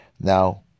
Now